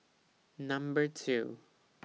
Number two